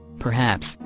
perhaps,